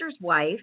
wife